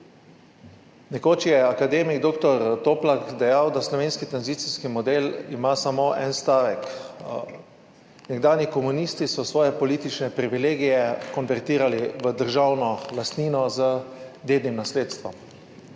Nekoč je akademik dr. Toplak dejal, da slovenski tranzicijski model ima samo en stavek: Nekdanji komunisti so svoje politične privilegije konvertirali v državno lastnino z dednim nasledstvom.